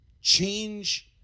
change